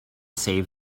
save